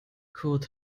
kurt